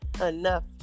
enough